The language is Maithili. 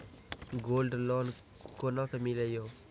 गोल्ड लोन कोना के मिलते यो?